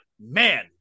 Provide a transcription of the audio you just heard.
man